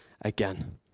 again